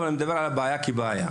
אבל אני מדבר על הבעיה כבעיה.